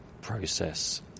process